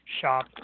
Shop